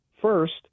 First